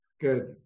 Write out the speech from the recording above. Good